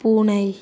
பூனை